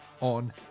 on